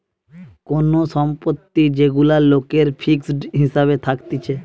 কোন সম্পত্তি যেগুলা লোকের ফিক্সড হিসাবে থাকতিছে